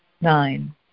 Nine